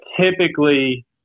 typically